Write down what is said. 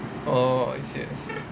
oh I see I see